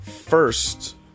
first